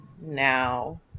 now